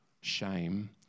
shame